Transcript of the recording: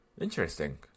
Interesting